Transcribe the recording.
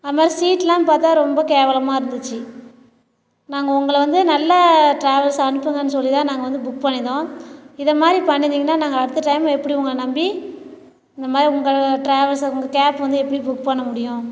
அது மாரி சீட்லாம் பார்த்தா ரொம்ப கேவலமாக இருந்துச்சு நாங்கள் உங்களை வந்து நல்ல ட்ராவல்ஸ் அனுப்புங்கன்னு சொல்லி தான் நாங்கள் வந்து புக் பண்ணிருந்தோம் இத மாரி பண்ணுனிங்கன்னா நாங்கள் அடுத்த டைம் எப்படி உங்களை நம்பி இந்த மாதிரி உங்கள் ட்ராவல்ஸை உங்கள் கேப் வந்து எப்படி புக் பண்ண முடியும்